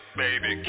baby